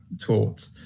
taught